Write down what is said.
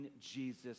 Jesus